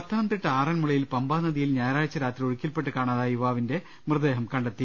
പത്തനംതിട്ട ആറൻമുളയിൽ പമ്പാനദിയിൽ ഞായറാഴ്ച രാത്രി ഒഴു ക്കിൽപെട്ട് കാണാതായ യുവാവിന്റെ മൃതദേഹം കണ്ടെത്തി